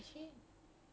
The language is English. you're prepared